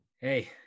Hey